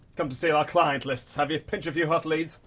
come to steal our client lists, have you? pinch a few hot leads?